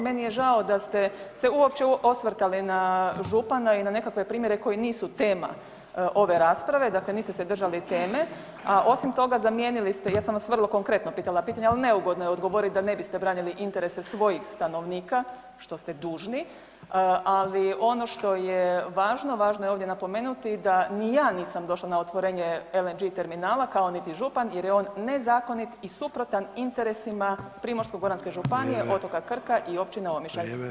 Meni je žao da ste se uopće osvrtali na župana i nekakve primjere koji nisu tema ove rasprave, dakle niste se držali teme, a osim toga, zamijenili ste, ja sam vas vrlo konkretno pitala pitanje, ali neugodno je odgovoriti da ne biste branili interese svojih stanovnika, što ste dužni, ali ono što je važno, važno je ovdje napomenuti da ni ja nisam došla na otvorenje LNG terminala kao niti župan jer je on nezakonit i suprotan interesima Primorsko-goranske županije [[Upadica: Vrijeme.]] otoka Krka i općine Omišalj.